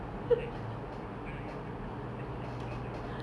it's like dia bukan ayam lagi [tau] it's just like tulang ayam